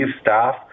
staff